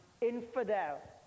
infidel